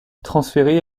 transférés